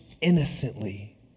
innocently